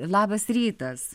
labas rytas